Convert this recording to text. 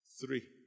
Three